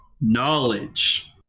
Knowledge